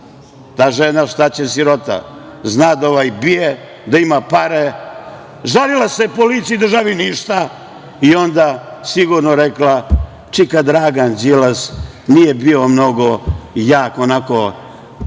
ta žena sirota, zna da ovaj bije, da ima pare. Žalila se policiji, državi, ništa i onda sigurno rekla – čika Dragan Đilas nije bio mnogo jak, onako